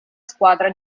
squadra